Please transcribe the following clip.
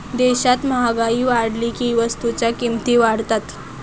देशात महागाई वाढली की वस्तूंच्या किमती वाढतात